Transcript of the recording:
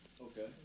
Okay